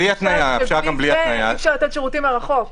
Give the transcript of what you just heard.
בלי זה, אי-אשפר לתת שירותים מרחוק.